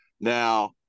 Now